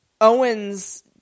Owens